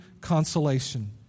consolation